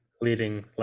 leading